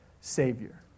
savior